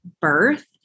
birth